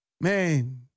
man